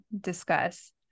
discuss